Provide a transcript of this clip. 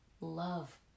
love